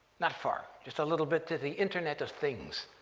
not far, just a little bit to the internet of things,